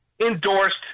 endorsed